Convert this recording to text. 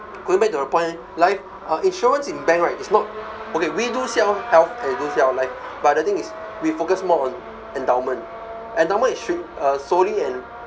going back to the point life uh insurance in bank right is not okay we do sell health and do sell life but the thing is we focus more on endowment endowment is should uh slowly and